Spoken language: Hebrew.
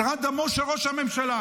התרת דמו של ראש הממשלה.